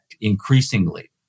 increasingly